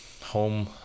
home